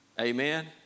Amen